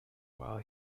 while